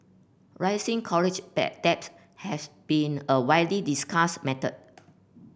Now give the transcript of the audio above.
rising college debt has been a widely discussed matter